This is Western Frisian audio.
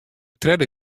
tredde